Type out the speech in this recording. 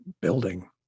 building